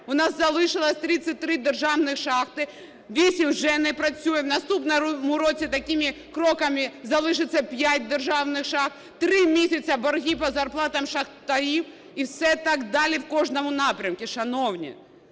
В нас залишилося 33 державних шахти, 8 вже не працює, в наступному році такими кроками залишиться 5 державних шахт, 3 місяці борги по зарплатам шахтарів і все так далі в кожному напрямку. Шановні,